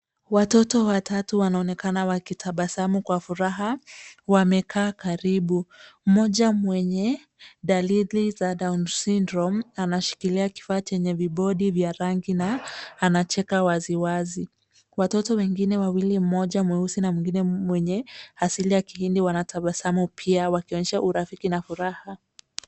Watoto watatu wanaonekana wakitabasamu kwa furaha, wamekaa karibu. Mmoja mwenye dalili za Down's Syndrome, anashikilia kifaa chenye vibodi vya rangi na anacheka waziwazi .Watoto wengine wawili, mmoja mweusi na mwingine mwenye asili ya kihindi wanatabasamu pia, wakionyesha urafiki na furaha.